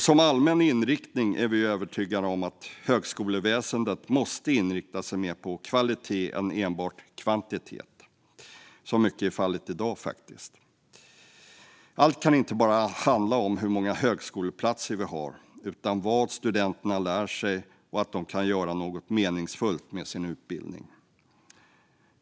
Som allmän inriktning är vi övertygade om att högskoleväsendet måste inrikta sig mer på kvalitet än enbart på kvantitet, vilket är fallet i dag. Allt kan inte bara handla om hur många högskoleplatser vi har, utan det måste också handla om vad studenterna lär sig och att de kan göra något meningsfullt med sin utbildning.